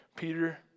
Peter